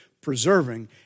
preserving